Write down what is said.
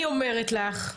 אני אומרת לך,